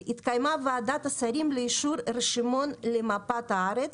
שהתקיימה ועדת השרים לאישור רשימות למפת הארץ,